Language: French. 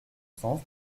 sens